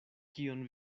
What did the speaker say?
kion